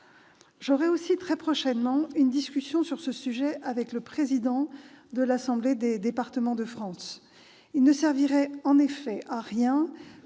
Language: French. J'aurai aussi très prochainement une discussion sur ce sujet avec le président de l'Assemblée des départements de France. Il ne servirait en effet à rien